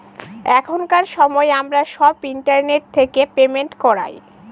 এখনকার সময় আমরা সব ইন্টারনেট থেকে পেমেন্ট করায়